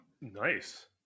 Nice